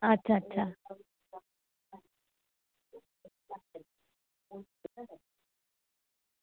अच्छा अच्छा